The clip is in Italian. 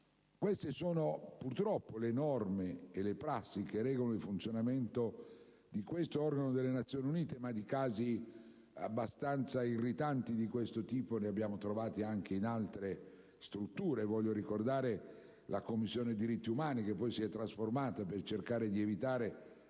Queste sono purtroppo le norme e le prassi che regolano il funzionamento di tale organo delle Nazioni Unite, ma di casi abbastanza irritanti di questo tipo ne abbiamo trovati anche in altre strutture. Voglio ricordare la Commissione diritti umani, che poi si è trasformata per cercare di evitare